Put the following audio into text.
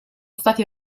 stati